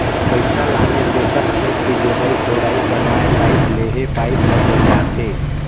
पइसा लाने तेखर खेत के जोताई कोड़ाई करवायें पाइप लेहे पाइप ल गड़ियाथे